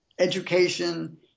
education